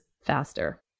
faster